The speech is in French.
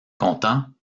content